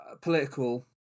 political